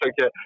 okay